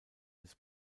des